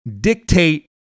dictate